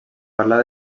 parlar